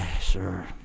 sir